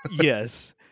Yes